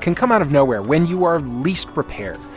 can come out of nowhere when you are least prepared.